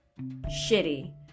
shitty